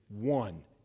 One